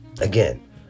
Again